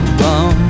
bum